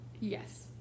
Yes